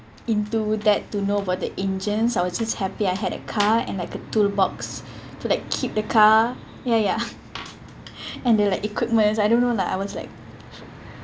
into that to know about the engine I was just happy I had a car and like a toolbox to like keep the car ya ya and then the like equipments I don't know lah I was like